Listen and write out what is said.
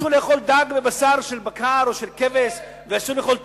אסור לאכול דג ובשר של בקר או של כבש ואסור לאכול טונה?